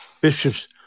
bishops